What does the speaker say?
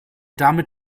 damit